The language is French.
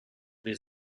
des